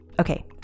Okay